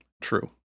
True